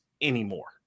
anymore